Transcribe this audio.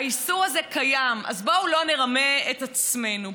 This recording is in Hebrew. האיסור הזה קיים, אז בואו לא נרמה את עצמנו.